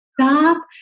stop